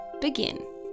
begin